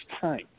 time